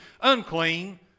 unclean